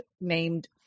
named